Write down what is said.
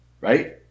right